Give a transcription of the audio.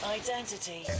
identity